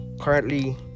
currently